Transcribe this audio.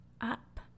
up